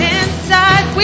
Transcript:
inside